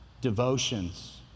devotions